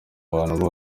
bantu